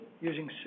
using